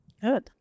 Good